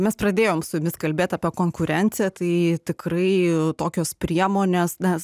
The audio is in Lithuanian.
mes pradėjom su jumis kalbėt apie konkurenciją tai tikrai tokios priemonės nes